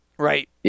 Right